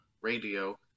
radio